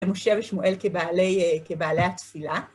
ומשה ושמואל כבעלי התפילה.